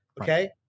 Okay